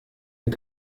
est